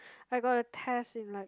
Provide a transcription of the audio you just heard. I got a test in like